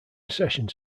sessions